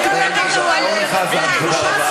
אורן חזן, תודה רבה.